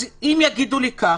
אז לפי מה שאת אומרת,